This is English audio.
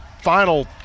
final